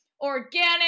organic